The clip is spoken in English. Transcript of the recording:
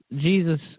Jesus